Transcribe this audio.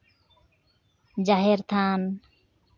ᱡᱟᱦᱮᱨ ᱛᱷᱟᱱ